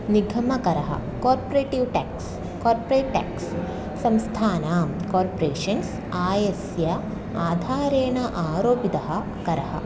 निघमकरः corporative tax corporate tax संस्थानां corporations आयस्य आधारेण आरोपितः करः